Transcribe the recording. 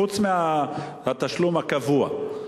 חוץ מהתשלום הקבוע.